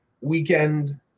weekend